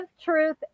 Truth